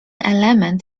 element